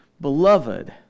Beloved